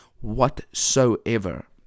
whatsoever